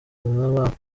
babo